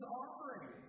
offering